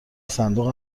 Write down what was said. صندوق